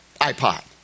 iPod